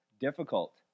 difficult